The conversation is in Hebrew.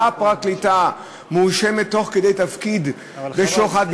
והפרקליטה מואשמת תוך כדי תפקיד בשוחד,